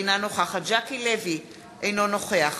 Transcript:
אינה נוכחת ז'קי לוי, אינו נוכח